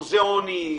מוזיאונים.